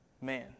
man